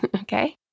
okay